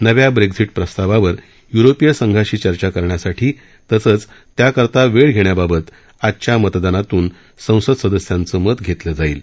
नव्या ब्रेकिजट प्रस्तावावर युरोपीय संघाशी चर्चा करण्यासाठी तसंच त्याकरता वेळ घेण्याबाबत आजच्या मतदानातून संसद सदस्यांच मत घेतलं जाईल